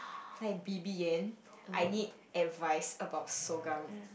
like B_B and I need advice about Sougang